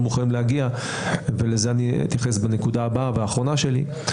מוכנים להגיע ולזה אני אתייחס בנקודה הבאה והאחרונה שלי.